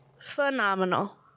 Phenomenal